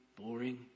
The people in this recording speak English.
boring